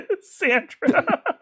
Sandra